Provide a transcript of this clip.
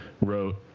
wrote